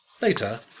Later